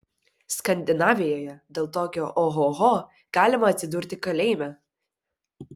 skandinavijoje dėl tokio ohoho galima atsidurti kalėjime